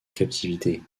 captivité